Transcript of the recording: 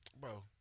Bro